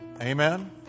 Amen